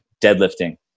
deadlifting